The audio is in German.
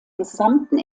gesamten